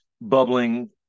bubbling